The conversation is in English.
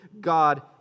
God